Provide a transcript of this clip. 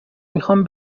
میخام